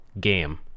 game